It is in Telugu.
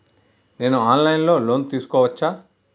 నేను ఆన్ లైన్ లో లోన్ తీసుకోవచ్చా?